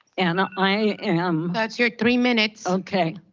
and i i am that's your three minutes. okay.